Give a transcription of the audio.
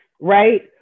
right